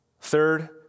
Third